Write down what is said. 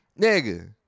nigga